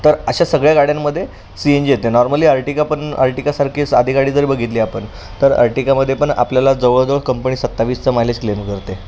तर अशा सगळ्या गाड्यांमध्ये सी एन जी येते नॉर्मली अर्टिका पण आर्टिकासारखी आधी गाडी जर बघितली आपण तर अर्टिकामध्ये पण आपल्याला जवळजवळ कंपनी सत्तावीसचा मायलेज क्लेम करते